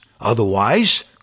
Otherwise